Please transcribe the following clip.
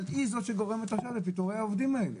אבל היא זאת שגורמת עכשיו לפיטורי העובדים האלה.